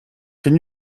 can